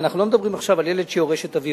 ואנחנו לא מדברים עכשיו על ילד שיורש את אביו,